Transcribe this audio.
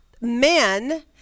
men